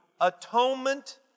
atonement